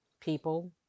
people